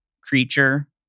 creature